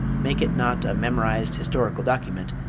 make it not a memorized historical document,